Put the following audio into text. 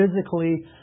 physically